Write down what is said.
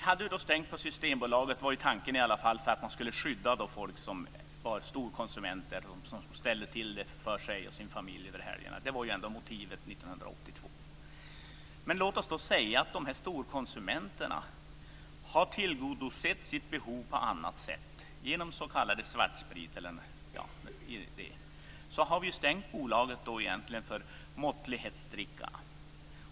Herr talman! Tanken med att ha lördagsstängt på Systembolaget var ju att skydda folk som var storkonsumenter och som ställde till det för sig och sin familj över helgerna. Det var ändå motivet 1982. Men låt oss säga att de här storkonsumenterna tillgodoser sitt behov på annat sätt, t.ex. genom s.k. svartsprit. Då har vi ju egentligen stängt bolaget för måttlighetsdrickarna.